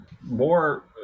more